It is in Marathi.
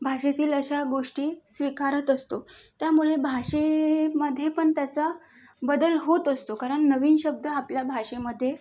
भाषेतील अशा गोष्टी स्वीकारत असतो त्यामुळे भाषेमधे पण त्याचा बदल होत असतो कारण नवीन शब्द आपल्या भाषेमध्ये